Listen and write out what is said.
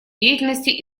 деятельности